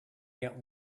get